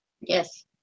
Yes